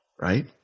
Right